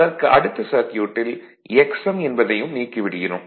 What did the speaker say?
அதற்கு அடுத்த சர்க்யூட்டில் Xm என்பதையும் நீக்கி விடுகிறோம்